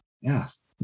yes